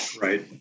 Right